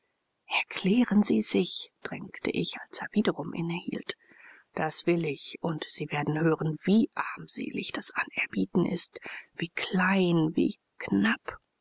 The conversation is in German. erklären sie sich drängte ich als er wiederum innehielt das will ich und sie werden hören wie armselig das anerbieten ist wie klein wie knapp